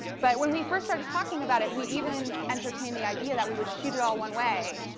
but when we first started talking about it we even entertained the idea that we would shoot it all one way,